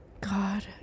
god